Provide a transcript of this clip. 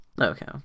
Okay